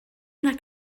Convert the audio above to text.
una